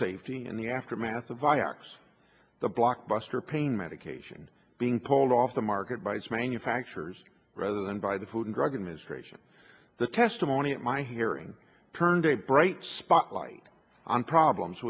safety in the aftermath of vioxx the blockbuster pain medication being pulled off the market by its manufacturers rather than by the food and drug administration the testimony at my hearing turned a bright spotlight on problems